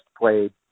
played